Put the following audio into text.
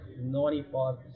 95%